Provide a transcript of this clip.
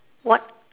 what